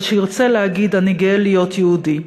אבל שירצה להגיד: אני גאה להיות יהודי.